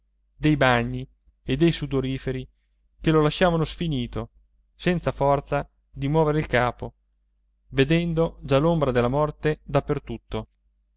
dei bagni e dei sudoriferi che lo lasciavano sfinito senza forza di muovere il capo vedendo già l'ombra della morte